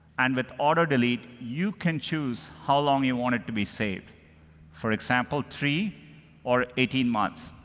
and with auto-delete, you can choose how long you want it to be saved for example, three or eighteen months,